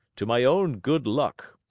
to my own good luck,